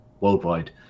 worldwide